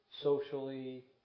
socially